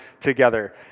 together